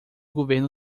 governo